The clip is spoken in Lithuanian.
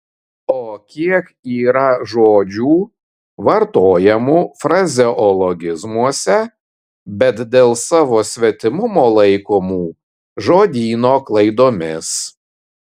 o kiek yra žodžių vartojamų frazeologizmuose bet dėl savo svetimumo laikomų žodyno klaidomis